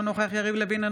אינו נוכח יריב לוין,